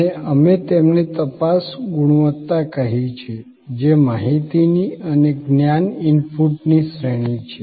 અને અમે તેમને તપાસ ગુણવત્તા કહી છે જે માહિતીની અને જ્ઞાન ઇનપુટની શ્રેણી છે